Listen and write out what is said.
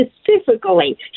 specifically